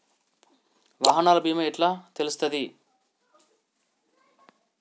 వాహనాల బీమా ఎట్ల తెలుస్తది?